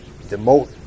demote